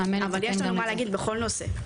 אבל יש לנו מה להגיד בכל נושא.